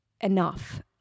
enough